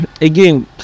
again